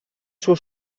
suo